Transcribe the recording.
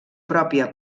pròpia